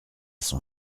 son